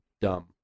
dumb